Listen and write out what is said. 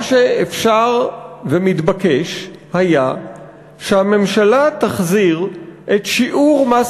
מה שאפשר ומתבקש היה שהממשלה תחזיר את שיעור מס